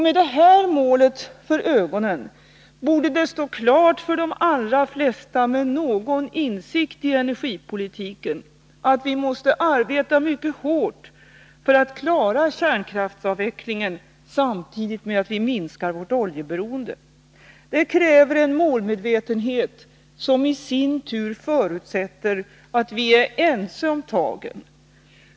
Med detta mål för ögonen borde det stå klart för de allra flesta med någon insikt i energipolitiken att vi måste arbeta mycket hårt för att klara kärnkraftsavvecklingen samtidigt med att vi minskar vårt oljeberoende. Det kräver en målmedvetenhet som i sin tur förutsätter att vi är ense om tagen.